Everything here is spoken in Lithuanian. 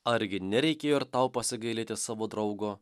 argi nereikėjo ir tau pasigailėti savo draugo